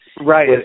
right